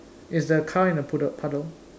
it's the car in the poodle puddle